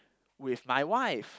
with my wife